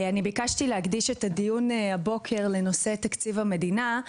ביקשתי להקדיש את הדיון הבוקר לנושא תקציב המדינה,